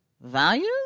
values